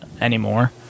anymore